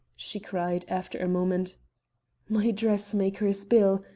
she cried, after a moment my dressmaker's bill.